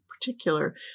particular